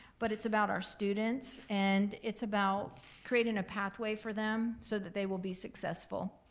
but it's about our students, and it's about creating a pathway for them so that they will be successful.